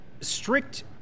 strict